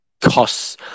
costs